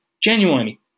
genuinely